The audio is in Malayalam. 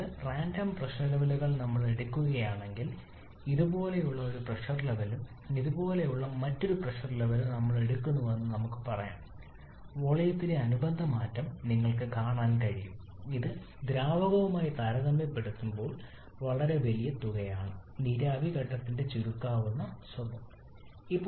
രണ്ട് റാൻഡം പ്രഷർ ലെവലുകൾ നമ്മൾ എടുക്കുകയാണെങ്കിൽ ഇതുപോലുള്ള ഒരു പ്രഷർ ലെവലും ഇതുപോലുള്ള മറ്റൊരു പ്രഷർ ലെവലും നമ്മൾ എടുക്കുന്നുവെന്ന് നമുക്ക് പറയാം വോളിയത്തിലെ അനുബന്ധ മാറ്റം നിങ്ങൾക്ക് കാണാൻ കഴിയും ഇത് ദ്രാവകവുമായി താരതമ്യപ്പെടുത്തുമ്പോൾ വളരെ വലിയ തുകയാണ് നീരാവി ഘട്ടത്തിന്റെ ചുരുക്കാവുന്ന സ്വഭാവം കാരണം